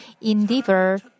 endeavor